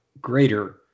greater